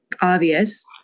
obvious